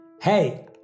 Hey